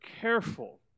careful